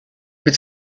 mit